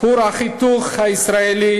כור ההיתוך הישראלי